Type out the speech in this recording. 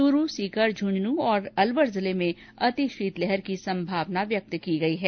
चूरू सीकर झुंझुनूं और अलवर जिले में अति शीतलहर की संभावना व्यक्त की गई है